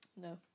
No